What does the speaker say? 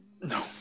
No